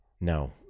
No